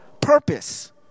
purpose